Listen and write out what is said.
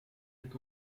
with